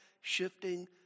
shifting